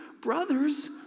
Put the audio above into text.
brothers